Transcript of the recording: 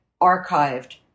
archived